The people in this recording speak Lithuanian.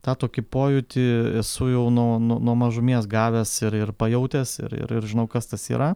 tą tokį pojūtį esu jau nuo nuo nuo mažumės gavęs ir ir pajautęs ir ir ir žinau kas tas yra